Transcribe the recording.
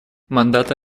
мандаты